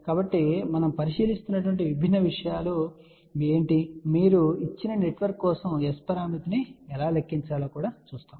కాబట్టి మనం పరిశీలిస్తున్న విభిన్న విషయాలు ఏమిటి మరియు ఇచ్చిన నెట్వర్క్ కోసం S పరామితిని ఎలా లెక్కించాలో కూడా చూస్తాము